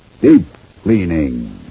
Deep-cleaning